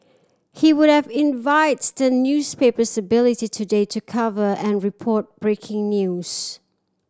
he would have envied the newspaper's ability today to cover and report breaking news